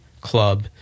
club